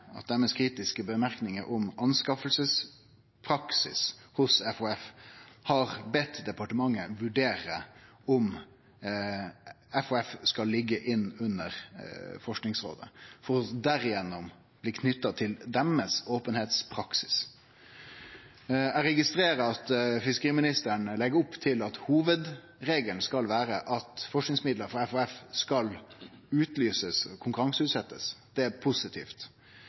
kritiske merknadene sine om anskaffingspraksis hos FHF har bedt departementet vurdere om FHF skal liggje inn under Forskingsrådet, for gjennom det å bli knytt til deira openheitspraksis. Eg registrerer at fiskeriministeren legg opp til at hovudregelen skal vere at forskingsmidlar frå FHF skal utlysast, konkurranseutsetjast. Det er positivt.